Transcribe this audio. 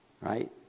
right